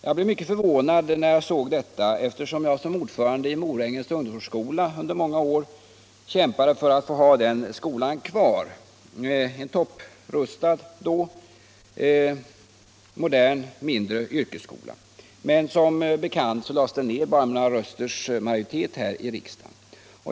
Jag blev mycket förvånad när jag såg denna uppgift, eftersom jag som mångårig ordförande i styrelsen för Morängens ungdomsvårdsskola kämpade för att få ha den skolan kvar — en topprustad och modern mindre yrkesskola. Som bekant lades den ned efter ett beslut med bara några rösters majoritet här i riksdagen.